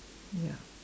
ya